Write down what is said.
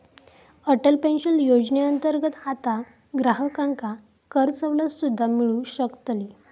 Atal pension योजनेअंतर्गत आता ग्राहकांका करसवलत सुद्दा मिळू शकतली